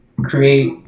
create